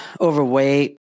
overweight